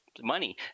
money